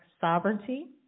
sovereignty